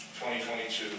2022